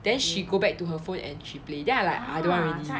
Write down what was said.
then she go back to her phone and she play then like I don't want already